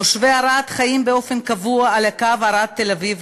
תושבי ערד חיים באופן קבוע על הקו ערד תל-אביב,